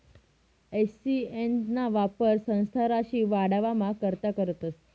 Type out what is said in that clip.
E CS ना वापर संस्था राशी वाढावाना करता करतस